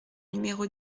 numéro